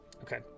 okay